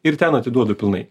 ir ten atiduodu pilnai